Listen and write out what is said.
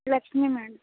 Lakshmi madam